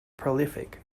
prolific